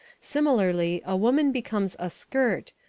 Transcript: similarly a woman becomes a skirt,